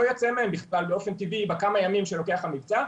לא יוצא מהם בכלל באופן טבעי בכמה ימים שלוקח המבצע.